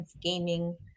gaming